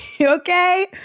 okay